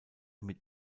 mit